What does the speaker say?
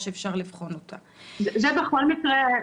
זה יקרה בכל מקרה,